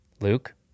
Luke